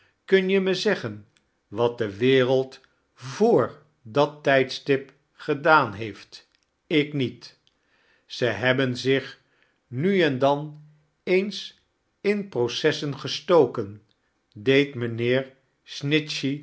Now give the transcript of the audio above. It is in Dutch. kun je me zeggen wat de wereld voor dat tijdstdp gedaan heeft ik niet ze hebben zich nu ein dan ems in processen gestoken deed mijnheer